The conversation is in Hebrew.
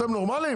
אתם נורמליים?